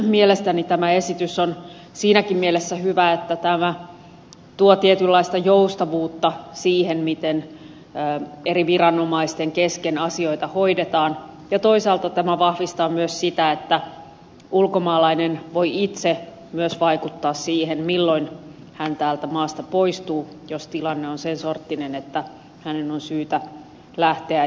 mielestäni tämä esitys on siinäkin mielessä hyvä että tämä tuo tietynlaista joustavuutta siihen miten eri viranomaisten kesken asioita hoidetaan ja toisaalta tämä vahvistaa myös sitä että ulkomaalainen voi itse myös vaikuttaa siihen milloin hän täältä maasta poistuu jos tilanne on sen sorttinen että hänen on syytä lähteä